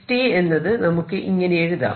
x എന്നത് നമുക്ക് ഇങ്ങനെ എഴുതാം